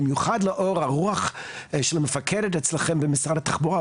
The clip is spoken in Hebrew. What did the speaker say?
במיוחד לאור הרוח של המפקדת אצלכם במשרד התחבורה,